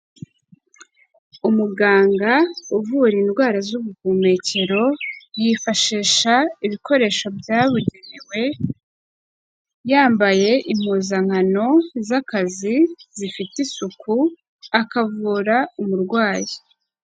Umuganga uvura indwara z'ubuhumekero, yifashisha ibikoresho byabugenewe, yambaye impuzankano z'akazi zifite isuku, akavura umurwayi.